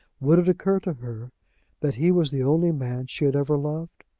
would it occur to her that he was the only man she had ever loved